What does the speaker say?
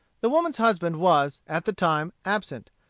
the woman's husband was, at the time, absent.